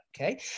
okay